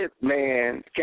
man